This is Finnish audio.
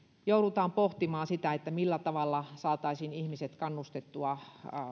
joudutaan pohtimaan sitä millä tavalla saataisiin ihmiset kannustettua